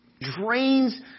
drains